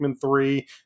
three